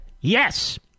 yes